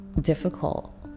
difficult